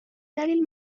دلیل